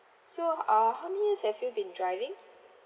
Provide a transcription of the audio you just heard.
so uh how many years have you been driving